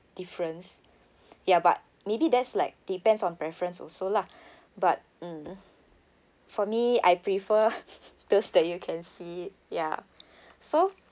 difference ya but maybe that's like depends on preference also lah but mm for me I prefer those that you can see it ya so